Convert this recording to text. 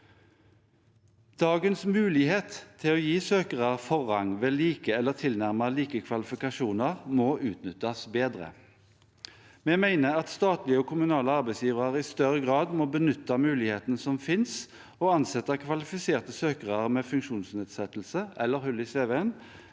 Dagens mulighet til å gi søkere forrang ved like eller tilnærmet like kvalifikasjoner må utnyttes bedre. Vi mener at statlige og kommunale arbeidsgivere i større grad må benytte muligheten som finnes, og ansette kvalifiserte søkere med funksjonsnedsettelse eller hull i cv-en